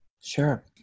Sure